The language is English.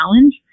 challenge